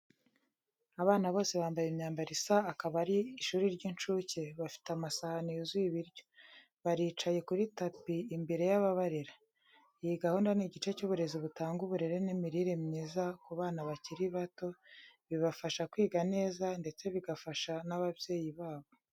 Abana bose bambaye imyambaro isa akaba ari ishuri ry'incuke, bafite amasahani yuzuye ibiryo. Baricaye kuri tapi imbere y’ababarera. Iyi gahunda ni igice cy’uburezi butanga uburere n’imirire myiza ku bana bakiri bato, bibafasha kwiga neza ndetse bigafasha n'ababyeyi babo.